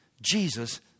Jesus